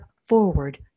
forward